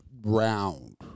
round